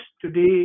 today